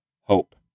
hope